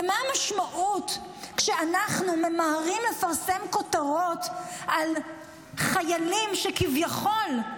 ומה המשמעות כשאנחנו ממהרים לפרסם כותרות על חיילים שכביכול,